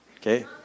okay